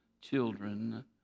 children